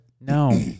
No